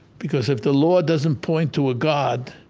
because if the law doesn't point to a god,